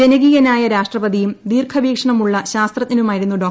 ജനകീയനായ രാഷ്ട്രപതിയും ദീർഘവീക്ഷണമുള്ള ശാസ്ത്രജ്ഞനുമായിരുന്നു ഡോ